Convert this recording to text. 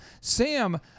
Sam